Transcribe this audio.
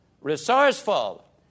resourceful